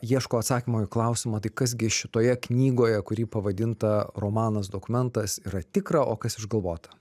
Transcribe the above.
ieško atsakymo į klausimą tai kas gi šitoje knygoje kuri pavadinta romanas dokumentas yra tikra o kas išgalvota